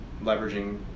leveraging